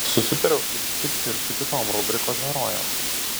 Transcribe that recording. susitariau susitikti ir su kitom rubrikos herojėm